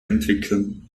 entwickeln